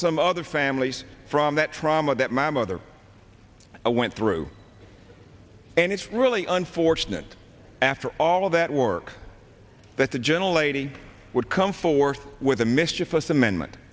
some other families from that trauma that my mother i went through and it's really unfortunate after all of that work that the gentle lady would come forth with a mischievous amendment